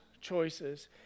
choices